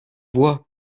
voix